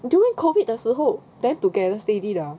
during COVID 的时候 then together steady liao